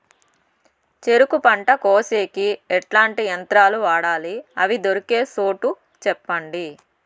చెరుకు పంట కోసేకి ఎట్లాంటి యంత్రాలు వాడాలి? అవి దొరికే చోటు చెప్పండి?